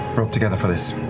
rope together for this.